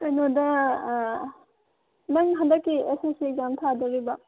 ꯀꯩꯅꯣꯗ ꯅꯪ ꯍꯟꯗꯛꯀꯤ ꯑꯦꯁ ꯑꯦꯁ ꯁꯤ ꯑꯦꯛꯖꯥꯝ ꯊꯥꯗꯨꯔꯤꯕꯣ